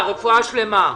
רפואה שלימה.